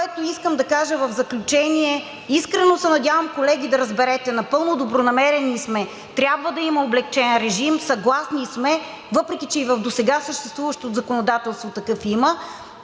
което искам да кажа в заключение и искрено се надявам, колеги, да разберете – напълно добронамерени сме, трябва да има облекчен режим. Съгласни сме, въпреки че и в досега съществуващото законодателство такъв има.